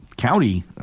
county